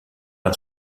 par